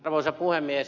arvoisa puhemies